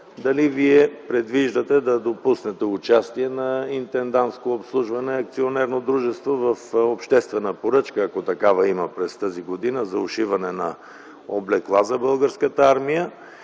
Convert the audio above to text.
дали Вие предвиждате да допуснете участие на „Интендантско обслужване” – акционерно дружество, в обществена поръчка, ако има такава през тази година, за ушиване на облекла за българската армия?